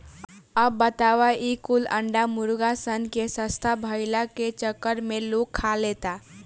अब बताव ई कुल अंडा मुर्गा सन के सस्ता भईला के चक्कर में लोग खा लेता